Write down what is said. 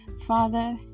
Father